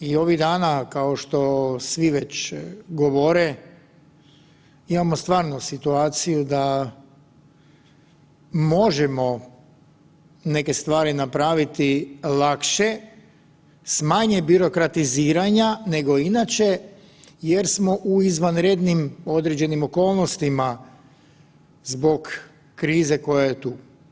I ovih dana, kao što svi već govore, imamo stvarno situaciju da možemo neke stvari napraviti lakše, s manje birokratiziranja nego inače jer smo u izvanrednim određenim okolnostima zbog krize koja je tu.